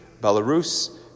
Belarus